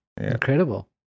Incredible